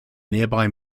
nearby